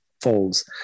folds